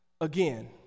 again